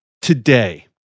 Today